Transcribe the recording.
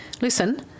listen